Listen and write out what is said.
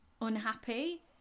unhappy